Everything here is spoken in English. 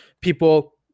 people